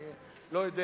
אני לא יודע,